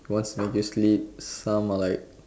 wants to make you sleep some are like